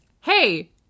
hey